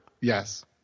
Yes